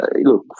Look